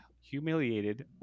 humiliated